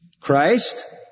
Christ